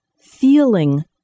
feeling